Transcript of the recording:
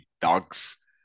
dogs